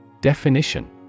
Definition